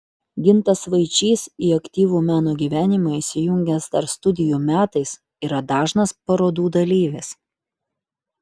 gintas vaičys į aktyvų meno gyvenimą įsijungęs dar studijų metais yra dažnas parodų dalyvis